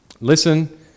Listen